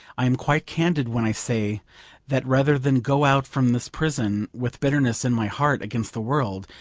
i am quite candid when i say that rather than go out from this prison with bitterness in my heart against the world,